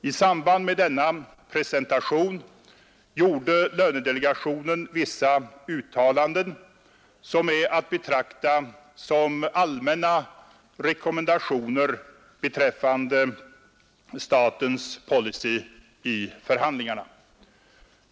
I samband med denna presentation gjorde lönedelegationen vissa uttalanden som är att betrakta som allmänna rekommendationer beträffande statens policy i förhandlingarna.